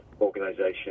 organization